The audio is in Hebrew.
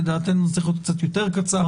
ולדעתנו זה צריך להיות קצת יותר קצר